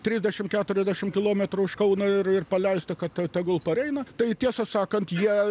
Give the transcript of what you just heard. trisdešimt keturiasdešimt kilometrų už kauno ir ir paleista kad ta tegul pareina tai tiesą sakant jie